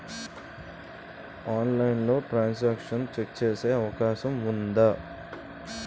ఆన్లైన్లో transaction check చేసే అవకాశం ఉందా?